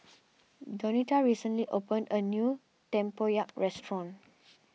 Donita recently opened a new Tempoyak restaurant